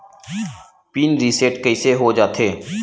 Pin reset कइसे हो जाथे?